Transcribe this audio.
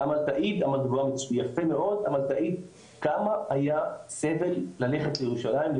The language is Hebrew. ואמאל תעיד כמה היה סבל ללכת לירושלים או